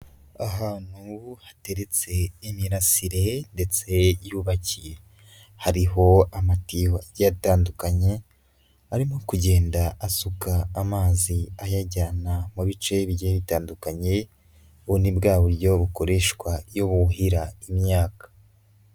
Ahantu hateretse imirasire ye ndetse yubakiye, hariho amatiyo agiye atandukanye arimo kugenda asuka amazi ayajyana mu bice bitandukanye, ubu ni bwa buryo bukoreshwa iyo buhira imyaka.